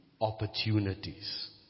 opportunities